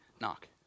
knock